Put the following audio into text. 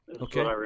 okay